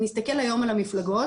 אם נסתכל היום על המפלגות,